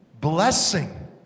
blessing